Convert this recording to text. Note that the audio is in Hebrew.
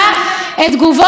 חברת הכנסת יחימוביץ,